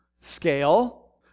scale